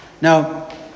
Now